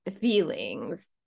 feelings